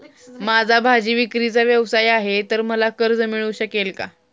माझा भाजीविक्रीचा व्यवसाय आहे तर मला कर्ज मिळू शकेल का?